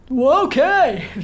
okay